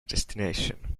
destination